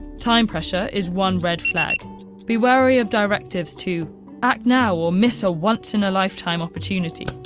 time pressure is one red flag be wary of directives to act now or miss a once-in-a-lifetime opportunity.